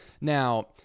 Now